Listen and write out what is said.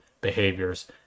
behaviors